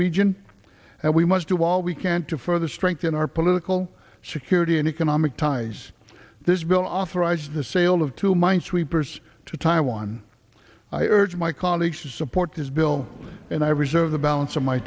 region and we must do all we can to further strengthen our political security and economic ties this bill authorizes the sale of two minesweepers to taiwan i urge my colleagues to support this bill and i reserve the balance of my